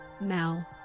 Mel